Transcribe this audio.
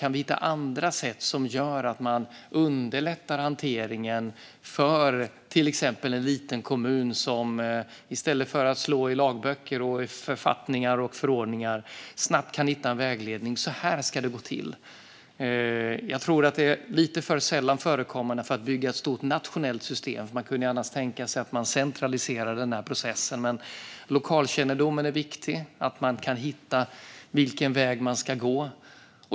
Kan vi hitta andra sätt att underlätta hanteringen för exempelvis en liten kommun så att den i stället för att slå i lagböcker, författningar och förordningar snabbt kan hitta en vägledning för hur det ska gå till? Jag tror att detta är lite för sällan förekommande för att bygga ett stort nationellt system. Man kunde ju annars tänka sig att centralisera processen. Men lokalkännedomen är viktig, att man kan hitta vilken väg man ska gå.